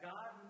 God